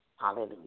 Hallelujah